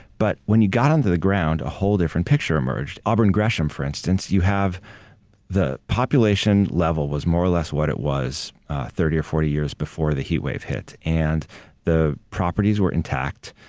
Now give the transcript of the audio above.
but when you got onto the ground, a whole different picture emerged. auburn gresham for instance, you have the population level was more or less what it was thirty or forty years before the heat wave hit. and the properties were intact.